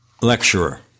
lecturer